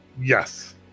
Yes